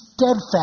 steadfast